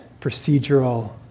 procedural